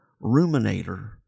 ruminator